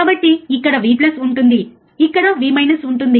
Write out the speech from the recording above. కాబట్టి ఇక్కడ V ఉంటుంది ఇక్కడ V ఉంటుంది